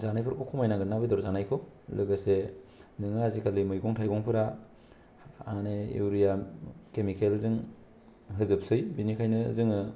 जानायफोरखौ खमाय नांगोन ना बेदर जानायखौ लोगोसे नोङो आजिखालि मैगं थाइगंफोरा आरो इउरिया केमिकेलजों होजोबसै बिनिखायनो जोङो